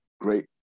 great